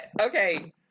okay